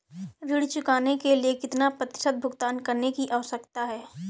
ऋण चुकाने के लिए कितना प्रतिशत भुगतान करने की आवश्यकता है?